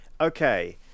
okay